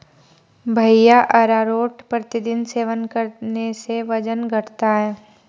भैया अरारोट प्रतिदिन सेवन करने से वजन घटता है